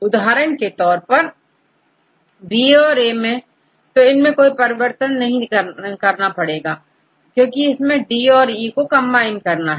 उदाहरण के तौर पर यदि B औरA तो हमें कोई परिवर्तन नहीं करना पड़ेगा क्योंकि हमें D और E को कंबाइन करना है